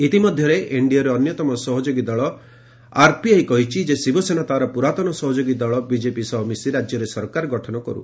ଇତିମଧ୍ୟରେ ଏନ୍ଡିଏର ଅନ୍ୟତମ ସହଯୋଗୀ ଦଳ ଆର୍ପିଆଇ କହିଛି ଯେ ଶିବସେନା ତାର ପୁରାତନ ସହଯୋଗୀ ଦଳ ବିଜେପି ସହ ମିଶି ରାଜ୍ୟରେ ସରକାର ଗଠନ କରୁ